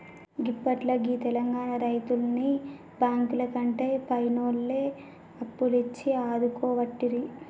గిప్పట్ల గీ తెలంగాణ రైతుల్ని బాంకులకంటే పైనాన్సోల్లే అప్పులిచ్చి ఆదుకోవట్టిరి